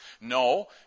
No